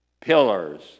pillars